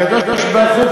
הקדוש-ברוך-הוא,